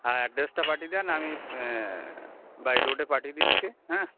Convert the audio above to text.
হ্যাঁ অ্যাড্রেসটা পাঠিয়ে দেন আমি বাই রোডে পাঠিয়ে দিচ্ছি হ্যাঁ